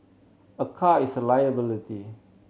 a car is a liability